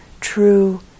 true